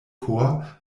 chor